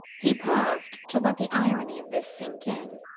he paused to let the irony of this sink in.